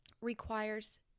requires